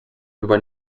chyba